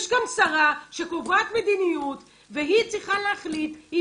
יש כאן שרה שקובעת מדיניות והיא צריכה להחליט אם